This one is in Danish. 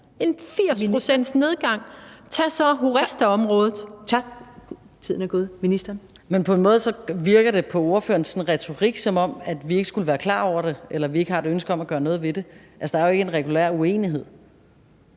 og undervisningsministeren (Pernille Rosenkrantz-Theil): Men på en måde virker det på ordførerens retorik, som om vi ikke skulle være klar over det eller vi ikke har et ønske om at gøre noget ved det. Altså, der er jo ikke en regulær uenighed.